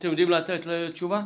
אתם יודעים לתת תשובה?